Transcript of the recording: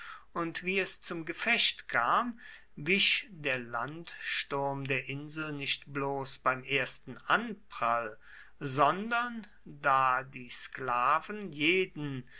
und wie es zum gefecht kam wich der landsturm der insel nicht bloß beim ersten anprall sondern da die sklaven jeden